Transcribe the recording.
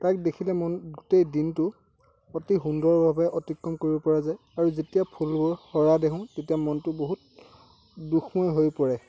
তাক দেখিলে মন গোটেই দিনটো অতি সুন্দৰভাৱে অতিক্ৰম কৰিব পৰা যায় আৰু যেতিয়া ফুলবোৰ সৰা দেখোঁ তেতিয়া মনতো বহুত দুখময় হৈ পৰে